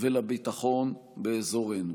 ולביטחון באזורנו.